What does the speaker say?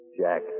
Jack